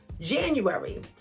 January